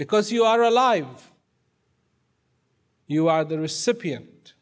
because you are alive you are the recipient